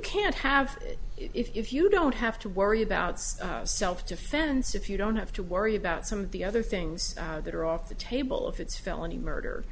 can't have it if you don't have to worry about self defense if you don't have to worry about some of the other things that are off the table if it's felony murder